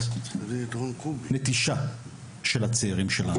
זאת נטישה של הצעירים שלנו,